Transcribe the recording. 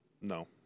No